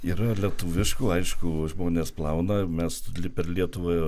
yra lietuviškų aišku žmonės plauna mes per lietuvą